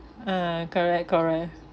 ah correct correct